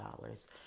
dollars